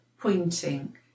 pointing